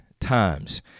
times